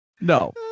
no